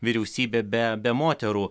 vyriausybė be be moterų